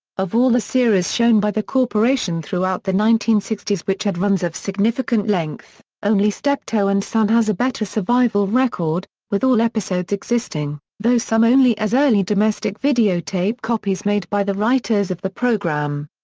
of all the series shown by the corporation throughout the nineteen sixty s which had runs of significant length, only steptoe and son has a better survival record, with all episodes existing, though some only as early domestic videotape copies made by the writers of the programme.